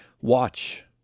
Watch